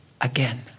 again